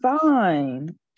fine